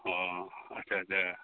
अह आटसा आटसा